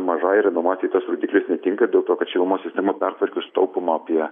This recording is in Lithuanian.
mažajai renovacijai tas rodiklis netinka dėl to kad šilumos sistema pertvarkius sutaupoma apie